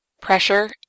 pressure